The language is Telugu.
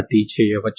uxtdx అవుతుంది